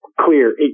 clear